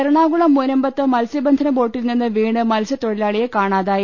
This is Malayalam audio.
എറണാകുളം മുനമ്പത്ത് മത്സ്യബന്ധന ബോട്ടിൽ നിന്ന് വീണ് മത്സ്യതൊഴിലാളിയെ കാണാതായി